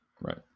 Right